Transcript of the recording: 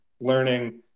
learning